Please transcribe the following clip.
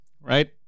Right